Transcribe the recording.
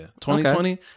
2020